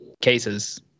cases